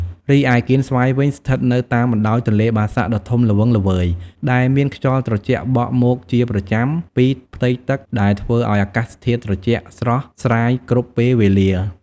រីឯកៀនស្វាយវិញ ស្ថិតនៅតាមបណ្តោយទន្លេបាសាក់ដ៏ធំល្វឹងល្វើយ ដែលមានខ្យល់ត្រជាក់បក់មកជាប្រចាំពីផ្ទៃទឹកដែលធ្វើឲ្យអាកាសធាតុត្រជាក់ស្រស់ស្រាយគ្រប់ពេលវេលា។